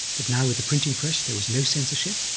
but now, with the printing press, there was no censorship.